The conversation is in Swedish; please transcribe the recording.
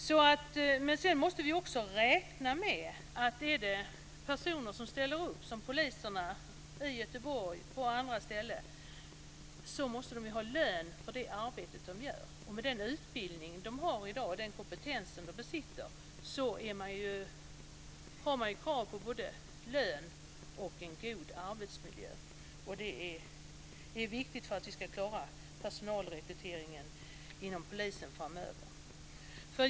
Sedan måste vi också räkna med att är det personer som ställer upp som poliserna i Göteborg och på andra ställen måste de ha lön för det arbete de gör. Med den utbildning de har i dag och den kompetens som de besitter har de krav på både lön och en god arbetsmiljö. Det är viktigt för att vi ska klara personalrekryteringen inom polisen framöver.